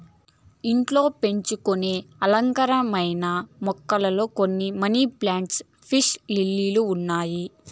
ఇంట్లో పెంచుకొనే అలంకారమైన మొక్కలలో కొన్ని మనీ ప్లాంట్, పీస్ లిల్లీ ఉన్నాయి